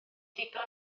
ddigon